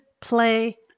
play